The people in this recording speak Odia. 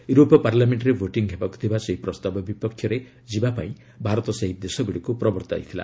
ୟୁରୋପୀୟ ପାର୍ଲାମେଣ୍ଟରେ ଭୋଟିଂ ହେବାକୁ ଥିବା ସେହି ପ୍ରସ୍ତାବ ବିପକ୍ଷରେ ଯିବାପାଇଁ ଭାରତ ସେହି ଦେଶଗୁଡ଼ିକୁ ପ୍ରବର୍ତ୍ତାଇଥିଲା